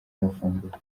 amafunguro